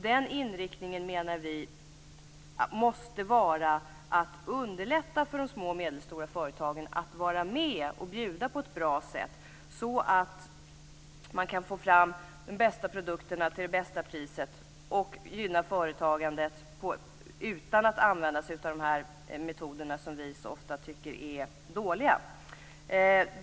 Den inriktningen menar vi måste vara att underlätta för de små och medelstora företagen att vara med och bjuda på ett bra sätt så att man kan få fram de bästa produkterna till det bästa priset och gynna företagandet utan att använda sig av de metoder som vi så ofta tycker är dåliga.